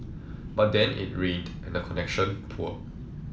but then it rained and the connection poor